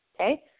okay